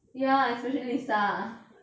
ya especially lisa